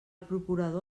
procurador